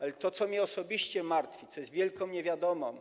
Ale to co mnie osobiście martwi, co jest wielką niewiadomą